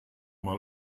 mal